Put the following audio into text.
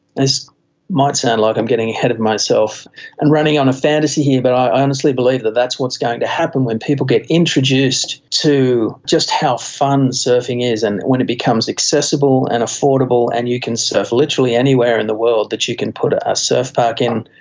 this might sound like i'm getting ahead of myself and running on a fantasy here, but i honestly believe that that is what is going to happen. when people get introduced to just how fun surfing is and when it becomes accessible and affordable and you can surf literally anywhere in the world that you can put a surf park in,